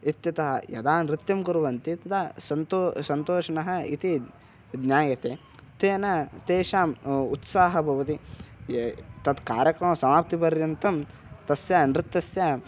इत्यतः यदा नृत्यं कुर्वन्ति तदा सन्तो सन्तोषिणः इति ज्ञायते तेन तेषां उत्साहः भवति ये तत् कार्यक्रमसमाप्तिपर्यन्तं तस्य नृत्यस्य